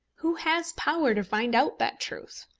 who has power to find out that truth?